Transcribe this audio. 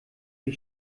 die